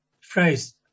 phrase